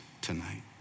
tonight